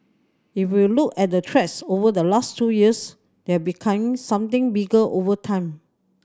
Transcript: if you look at the threats over the last two years they have become something bigger over time